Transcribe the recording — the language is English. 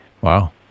Wow